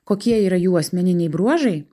kokie yra jų asmeniniai bruožai